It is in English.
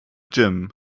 gym